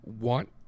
want